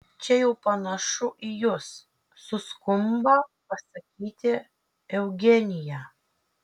čia jau panašu į jus suskumba pasakyti eugenija